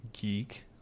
Geek